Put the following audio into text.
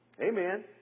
Amen